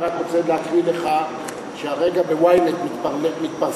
אני רק רוצה להקריא לך שהרגע ב-ynet מתפרסם,